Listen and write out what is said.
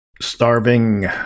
Starving